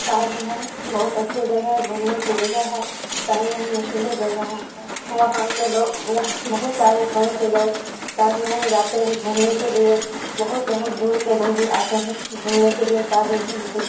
تاج محل بہت اچھی جگہ ہے گھومنے کی جگہ ہے تاج محل مشہور جگہ ہے وہاں کے لوگ یہاں بہت سارے گاؤں کے لوگ تاج محل جاتے ہیں گھومنے کے لیے بہت بہت دور کے لوگ بھی آتے ہیں گھومنے کے لیے تاج محل کے